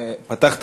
פתחת